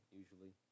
usually